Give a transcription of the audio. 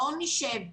בואו נשב,